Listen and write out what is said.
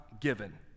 given